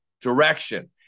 direction